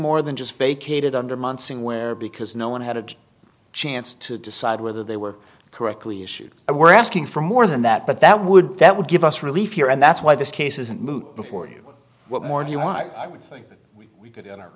more than just vacated under months thing where because no one had a chance to decide whether they were correctly issued we're asking for more than that but that would that would give us relief here and that's why this case isn't moot before you what more do you want i would think we could enter